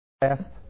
last